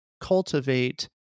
cultivate